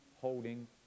holding